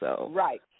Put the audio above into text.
Right